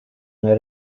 nel